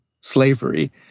slavery